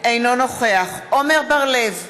אינו נוכח עמר בר-לב,